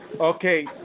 Okay